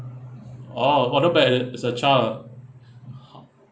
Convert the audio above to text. oh !wah! not bad eh as as a child ha